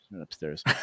upstairs